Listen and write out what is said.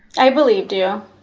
i believed you.